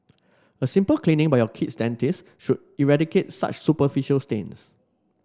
a simple cleaning by your kid's dentist should eradicate such superficial stains